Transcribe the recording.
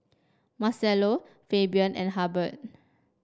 Marcello Fabian and Hubbard